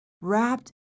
wrapped